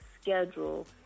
schedule